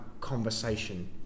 conversation